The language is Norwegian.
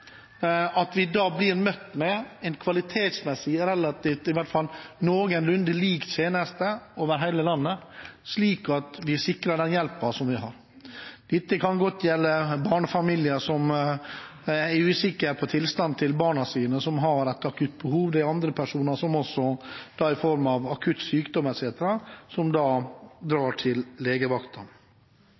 at vi, når behovet er der, blir møtt med en kvalitetsmessig relativt – i hvert fall noenlunde – lik tjeneste over hele landet, slik at vi er sikret den hjelpen vi trenger. Dette kan gjelde barnefamilier som er usikre på tilstanden til barna sine som har et akutt behov, og andre personer som på grunn av akutt sykdom etc. drar til